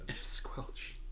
Squelch